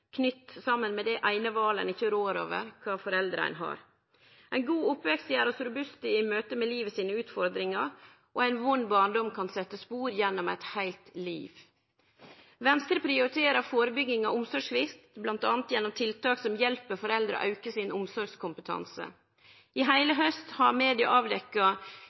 knytte saman med det eine valet ein ikkje rår over: Kva foreldre ein har. Ein god oppvekst gjer oss robuste i møtet med livets utfordringar, og ein vond barndom kan setje spor gjennom eit heilt liv. Venstre prioriterer førebygging av omsorgssvikt, bl.a. gjennom tiltak som hjelper foreldre å auke sin omsorgskompetanse. I heile haust har